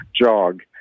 jog